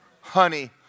Honey